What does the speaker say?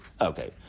Okay